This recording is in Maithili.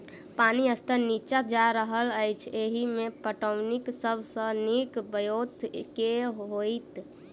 पानि स्तर नीचा जा रहल अछि, एहिमे पटौनीक सब सऽ नीक ब्योंत केँ होइत?